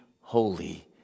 holy